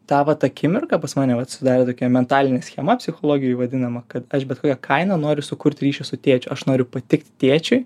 tą vat akimirką pas mane jau atsidarė tokia mentalinė schema psichologijoj vadinama kad aš bet kokia kaina noriu sukurti ryšį su tėčiu aš noriu patikt tėčiui